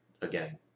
again